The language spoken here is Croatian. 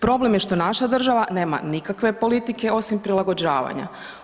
Problem je što naša država nema nikakve politike osim prilagođavanja.